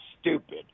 stupid